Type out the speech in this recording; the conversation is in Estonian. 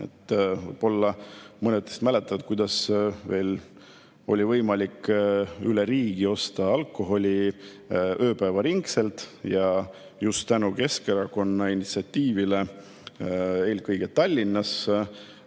Võib-olla mõned teist mäletavad, kuidas veel [mõni aeg tagasi] oli võimalik üle riigi osta alkoholi ööpäevaringselt ja just tänu Keskerakonna initsiatiivile eelkõige Tallinnas